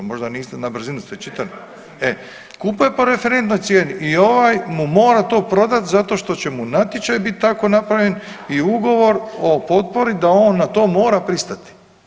Možda niste na brzinu ste čitali, kupuje po referentnoj cijeni i ovaj mu mora to prodati zato što će mu natječaj bit tako napravljen i ugovor o potpori da on na to mora pristati.